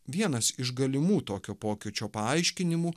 vienas iš galimų tokio pokyčio paaiškinimų